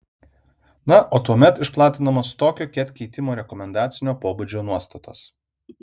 na o tuomet išplatinamos tokio ket keitimo rekomendacinio pobūdžio nuostatos